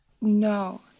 No